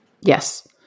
Yes